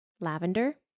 lavender